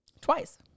Twice